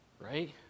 Right